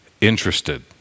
interested